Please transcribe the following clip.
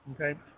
okay